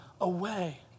away